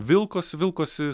vilkosi vilkosi